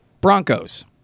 Broncos